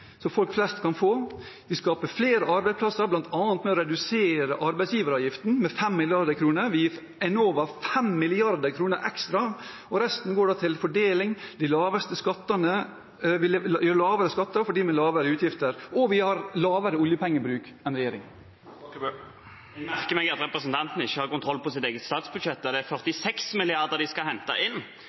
som folk flest kan få. Vi skaper flere arbeidsplasser, bl.a. ved å redusere arbeidsgiveravgiften med 5 mrd. kr. Vi gir Enova 5 mrd. kr ekstra. Resten går til fordeling, lavere skatter til dem med lavere inntekter, og vi har lavere oljepengebruk enn regjeringen. Jeg merker meg at representanten ikke har kontroll på sitt eget statsbudsjett. Det er 46 mrd. kr de skal hente inn,